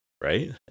right